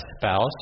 spouse